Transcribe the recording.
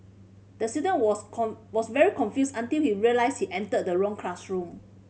the student was very confused until he realised he entered the wrong classroom